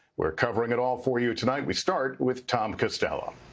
we're covering it all for you tonight. we start with tom costello.